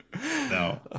No